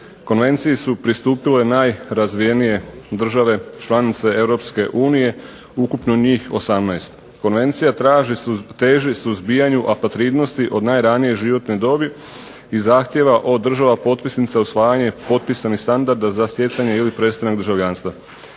Konvenciji su pristupile najrazvijenije države članice Europske unije, ukupno njih 18. Konvencija teži suzbijanju apatridnosti od najranije životne dobi i zahtijeva od država potpisnica usvajanje potpisanih standarda za stjecanje ili prestanak državljanstva,